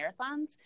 marathons